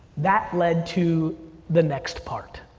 that led to the next part.